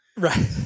Right